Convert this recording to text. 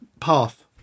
path